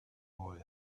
boy